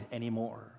anymore